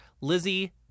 Lizzie